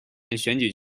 选举